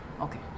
Okay